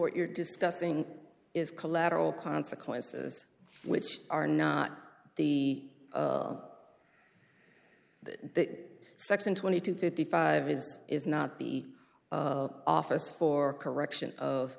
you're discussing is collateral consequences which are not the that section twenty to fifty five years is not the office for correction of